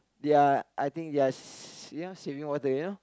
ya I think they are s~ you know saving water you know